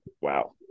Wow